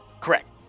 Correct